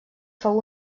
fou